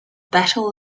battle